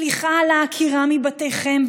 סליחה על העקירה מבתיכם,